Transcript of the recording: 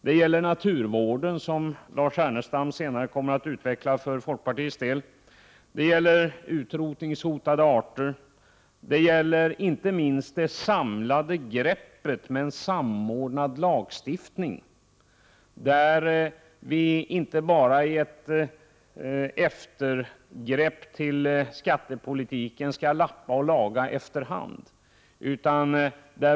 Det gäller naturvården, vilket Lars Ernestam för folkpartiets del senare kommer att utveckla. Det gäller utrotningshotade arter och inte minst det samlade greppet med en samordnad lagstiftning där vi inte bara, i likhet med vad som är fallet inom skattepolitiken, skall lappa och laga efter hand.